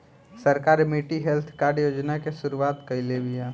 सरकार मिट्टी health card योजना के शुरूआत काइले बिआ